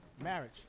Marriage